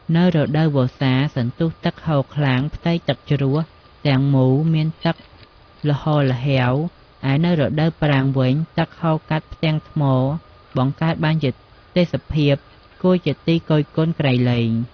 នៅរដូវវស្សាសន្ទុះទឹកហូរខ្លាំង ផ្ទៃទឹកជ្រោះទាំងមូលមានទឹកល្ហរល្ហេវ ឯនៅរដូវប្រាំងវិញ ទឹកហូរកាត់ផ្ទាំងថ្មបង្កើតបានជាទេសភាពគួរជាទីគយគន្ធក្រៃលែង។